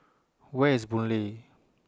Where IS Boon Lay